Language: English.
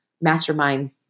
mastermind